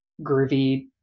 groovy